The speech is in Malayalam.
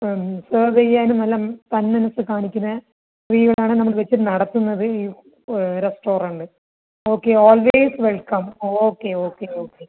ആ സെർവ് ചെയ്യാനും എല്ലം സന്മനസ്സ് കാണിക്കുന്ന ആണ് നമ്മൾ വച്ച് നടത്തുന്നത് ഈ restaurant okay always welcome okay okay okay